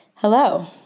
Hello